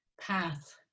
path